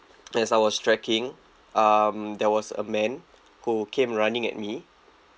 as I was trekking um there was a man who came running at me